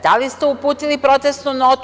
Da li ste uputili protestnu notu?